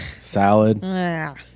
salad